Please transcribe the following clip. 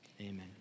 amen